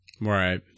Right